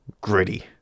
gritty